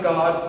God